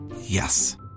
Yes